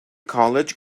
college